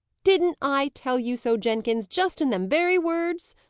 didn't i tell you so, jenkins, just in them very words?